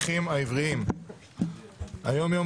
הכנסת, היום יום